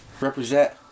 Represent